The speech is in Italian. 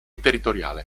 territoriale